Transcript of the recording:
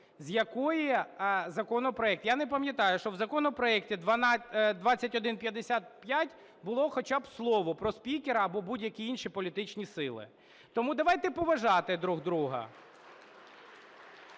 з якої законопроект. Я не пам'ятаю, щоб в законопроекті 2155 було хоча б слово про спікера або будь-які інші політичні сили. Тому давайте поважати друг друга.